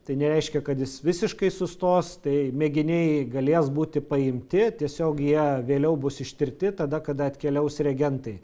tai nereiškia kad jis visiškai sustos tai mėginiai galės būti paimti tiesiog jie vėliau bus ištirti tada kada atkeliaus reagentai